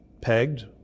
pegged